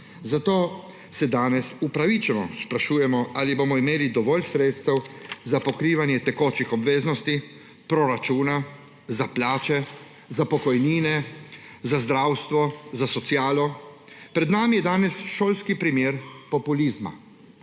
zato se danes upravičeno sprašujemo, ali bomo imeli dovolj sredstev za pokrivanje tekočih obveznosti proračuna: za plače, za pokojnine, za zdravstvo, za socialo. Pred nami je danes šolski primer populizma,